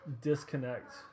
disconnect